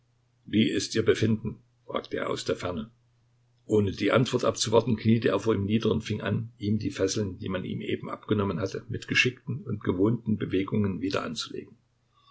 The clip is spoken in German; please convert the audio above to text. wie ist ihr befinden fragte er aus der ferne ohne die antwort abzuwarten kniete er vor ihm nieder und fing an ihm die fesseln die man ihm eben abgenommen hatte mit geschickten und gewohnten bewegungen wieder anzulegen